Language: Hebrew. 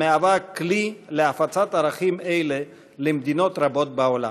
המהווה כלי להפצת ערכים אלה למדינות רבות בעולם.